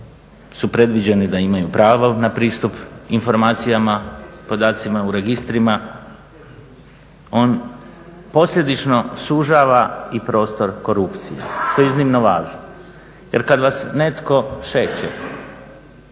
su predviđeni da imaju pravo na pristup informacijama, podacima u registrima. On posljedično sužava i prostor korupcije, što je iznimno važno. Jer kad vas netko šeće